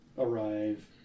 Arrive